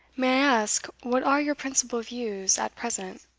may i ask what are your principal views at present?